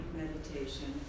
meditation